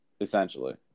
Essentially